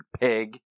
pig